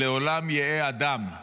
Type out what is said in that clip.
"לעולם יהא אדם".